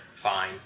fine